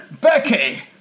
Becky